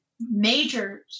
major